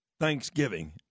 Thanksgiving